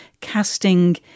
casting